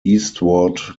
eastward